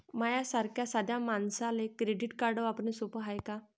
माह्या सारख्या साध्या मानसाले क्रेडिट कार्ड वापरने सोपं हाय का?